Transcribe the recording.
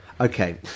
Okay